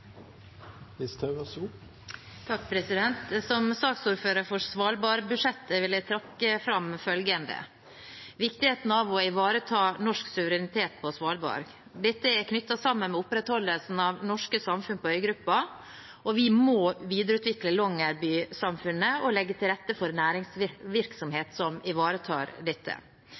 Som saksordfører for Svalbardbudsjettet vil jeg trekke fram viktigheten av å ivareta norsk suverenitet på Svalbard. Dette er knyttet sammen med opprettholdelsen av norske samfunn på øygruppa, og vi må videreutvikle Longyearbyen-samfunnet og legge til rette for næringsvirksomhet som ivaretar dette.